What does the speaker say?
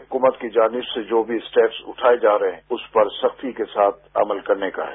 हुकुमत की जानिब से जो भी स्टैप्सउठाये जा रहे हैं उस पर सख्ती के साथ अमल करने का है